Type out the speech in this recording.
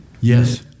Yes